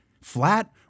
Flat